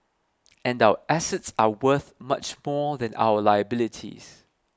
and our assets are worth much more than our liabilities